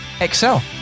excel